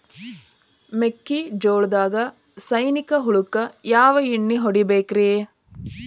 ಮೆಕ್ಕಿಜೋಳದಾಗ ಸೈನಿಕ ಹುಳಕ್ಕ ಯಾವ ಎಣ್ಣಿ ಹೊಡಿಬೇಕ್ರೇ?